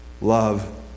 love